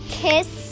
kiss